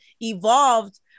evolved